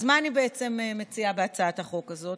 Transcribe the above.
אז מה אני בעצם מציעה בהצעת החוק הזאת?